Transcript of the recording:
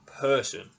person